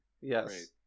Yes